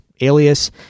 Alias